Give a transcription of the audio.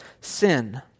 sin